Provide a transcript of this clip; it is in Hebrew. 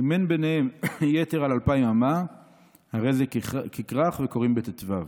"אם אין ביניהם יתר על אלפיים אמה הרי זה ככרך וקוראין בט"ו".